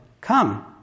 Come